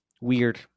Weird